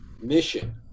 mission